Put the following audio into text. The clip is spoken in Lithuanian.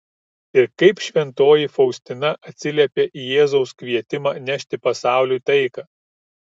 ir kaip šventoji faustina atsiliepė į jėzaus kvietimą nešti pasauliui taiką